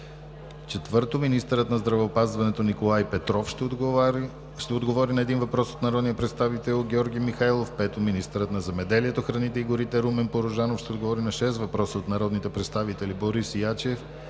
4. Министърът на здравеопазването Николай Петров ще отговори на един въпрос от народния представител Георги Михайлов. 5. Министърът на земеделието, храните и горите Румен Порожанов ще отговори на шест въпроса от народните представители Борис Ячев;